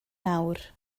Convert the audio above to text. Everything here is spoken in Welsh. nawr